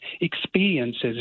experiences